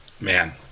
man